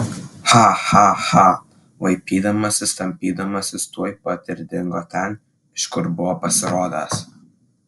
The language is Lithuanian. cha cha cha vaipydamasis tampydamasis tuoj pat ir dingo ten iš kur buvo pasirodęs